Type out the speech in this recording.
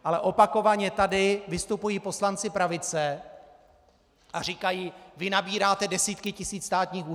Ale opakovaně tady vystupují poslanci pravice a říkají: vy nabíráte desítky tisíc státních úředníků.